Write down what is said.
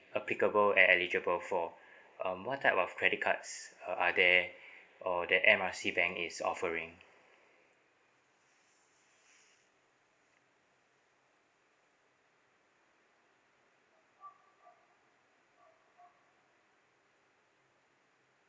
applicable and eligible for um what type of credit cards uh are there or that M R C bank is offering